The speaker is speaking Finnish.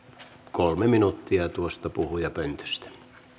kolme minuuttia tuosta puhujapöntöstä